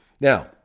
now